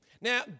Now